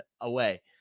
away